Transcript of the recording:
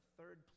third